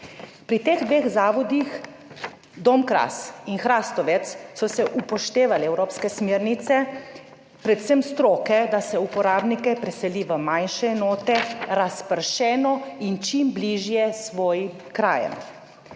Pri teh dveh zavodih, Dom na Krasu in Hrastovec, so se upoštevale evropske smernice predvsem stroke, da se uporabnike preseli v manjše enote razpršeno in čim bližje svojim krajem.